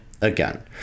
again